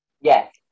Yes